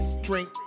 drink